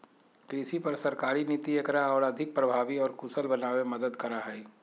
कृषि पर सरकारी नीति एकरा और अधिक प्रभावी और कुशल बनावे में मदद करा हई